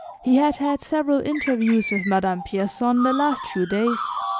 he had had several interviews with madame pierson the last few days,